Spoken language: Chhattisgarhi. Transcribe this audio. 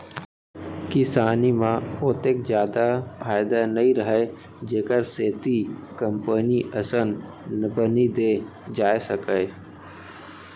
किसानी म ओतेक जादा फायदा नइ रहय जेखर सेती कंपनी असन बनी दे जाए सकय